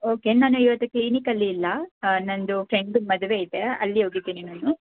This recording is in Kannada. ಓಕೆ ನಾನು ಇವತ್ತು ಕ್ಲಿನಿಕಲ್ಲಿ ಇಲ್ಲ ನನ್ದು ಫ್ರೆಂಡು ಮದುವೆ ಇದೆ ಅಲ್ಲಿ ಹೋಗಿದೀನಿ ನಾನು